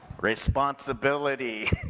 Responsibility